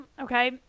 okay